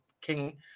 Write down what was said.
king